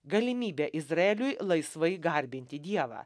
galimybė izraeliui laisvai garbinti dievą